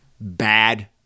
bad